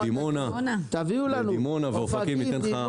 דימונה וכולי.